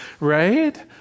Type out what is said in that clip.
right